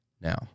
Now